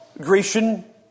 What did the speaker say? Grecian